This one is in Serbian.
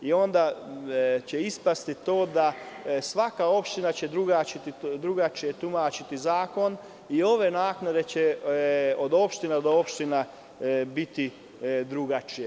Onda će ispasti to da će svaka opština drugačije tumačiti zakon i ove naknade će od opštine do opštine biti drugačije.